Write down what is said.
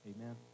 amen